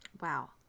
Wow